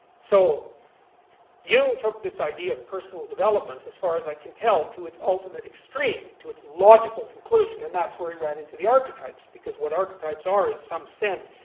so jung took this idea of personal development, as far as i can tell, to its ultimate extreme, to its logical conclusion. and that where he ran into the archetypes, because what archetypes are, in some sense,